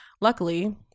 Luckily